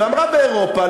ואמרה: באירופה,